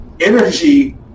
energy